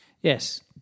Yes